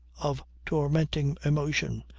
of tormenting emotion.